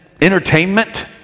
entertainment